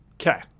Okay